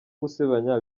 gusebanya